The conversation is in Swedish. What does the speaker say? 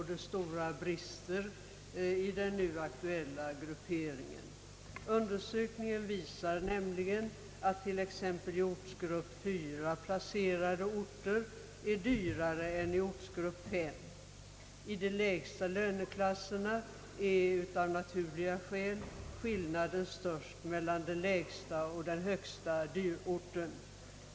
Stora brister vidlåder den nu aktuella grupperingen. En undersökning visar nämligen att t.ex. i ortsgrupp 4 placerade orter är dyrare än orter i grupp 5. I de lägsta löneklasserna är av naturliga skäl skillnaden störst mellan den lägsta och den högsta dyrorten.